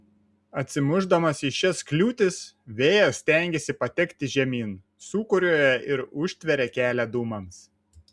atsimušdamas į šias kliūtis vėjas stengiasi patekti žemyn sūkuriuoja ir užtveria kelią dūmams